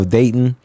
Dayton